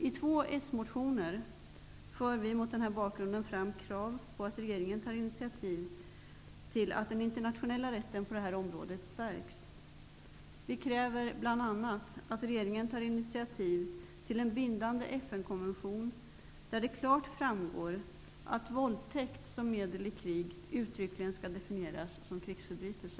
I två socialdemokratiska motioner för vi, mot den här bakgrunden, fram krav på att regeringen tar initiativ till att den internationella rätten på det här området stärks. Vi kräver bl.a. att regeringen tar initiativ till en bindande FN-konvention där det klart framgår att våldtäkt som medel i krig uttryckligen skall definieras som krigsförbrytelse.